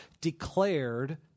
declared